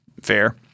Fair